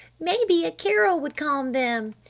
maybe a carol would calm them.